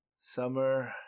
Summer